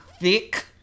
thick